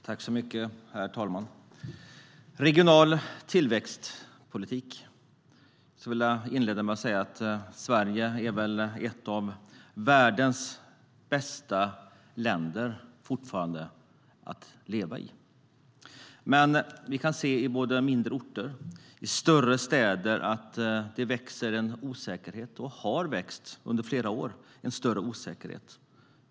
Herr talman! När det gäller regional tillväxtpolitik skulle jag vilja inleda med att säga att Sverige väl fortfarande är ett av världens bästa länder att leva i. Men vi kan se i både mindre orter och större städer att det under flera år har växt fram en större osäkerhet.